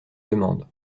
demande